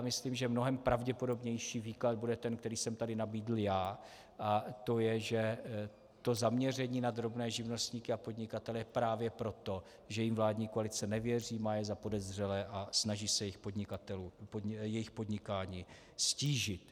Myslím, že mnohem pravděpodobnější výklad bude ten, který jsem tady nabídl já, a to je, že to zaměření na drobné živnostníky a podnikatele je právě proto, že jim vládní koalice nevěří, má je za podezřelé a snaží se jejich podnikání ztížit.